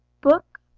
Book